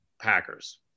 Packers